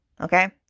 okay